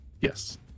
Yes